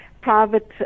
private